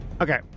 Okay